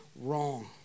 wrong